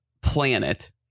planet